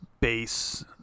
base